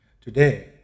Today